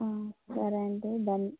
సరే అయితే దాన్ని